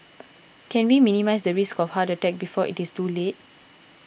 can we minimise the risk of heart attack before it is too late